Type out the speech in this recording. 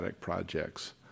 projects